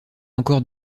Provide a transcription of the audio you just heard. encore